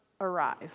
arrive